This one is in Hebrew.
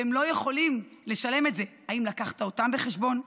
והם לא יכולים לשלם את זה, האם לקחת אותם בחשבון?